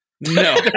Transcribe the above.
No